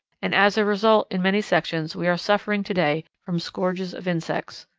and as a result in many sections we are suffering to-day from scourges of insects.